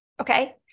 Okay